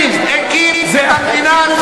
מי הקים את המדינה הזאת?